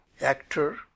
Actor